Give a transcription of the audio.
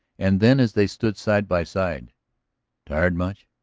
and then as they stood side by side tired much?